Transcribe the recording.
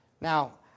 Now